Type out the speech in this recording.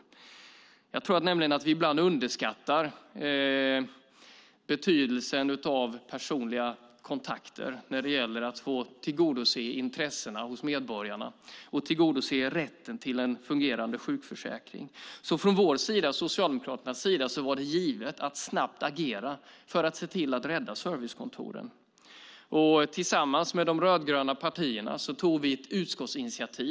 Jag tror nämligen att vi ibland underskattar betydelsen av personliga kontakter när det gäller att tillgodose medborgarnas intressen och tillgodose rätten till en fungerande sjukförsäkring. Från vår sida, från Socialdemokraternas sida, var det alltså givet att snabbt agera för att se till att rädda servicekontoren. Tillsammans med de rödgröna partierna tog vi ett utskottsinitiativ.